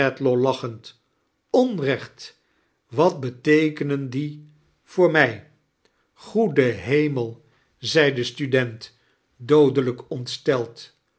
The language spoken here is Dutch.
lachend onrecht wat beteekenen die voor mij goede hemel zei de student doodelijk ontsteld